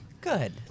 Good